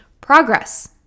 progress